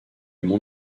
mon